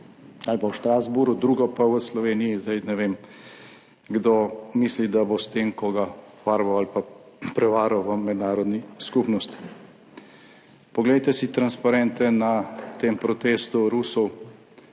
ali pa v Strasbourgu, drugo pa v Sloveniji. Zdaj ne vem, kdo misli, da bo s tem koga »farbal« ali pa prevaral v mednarodni skupnosti. Poglejte si transparente na tem protestu Rusov